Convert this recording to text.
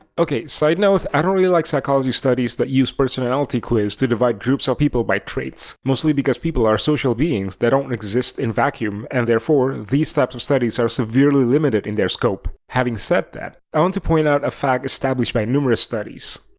ok, sidenote. i don't really like psychology studies that uses personality quiz to divide groups of people by traits, mostly because people are social beings that don't exist in a vacuum, and therefore these types of studies are severely limited in their scope. having said that, i want to point out a fact established by numerous studies.